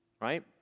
right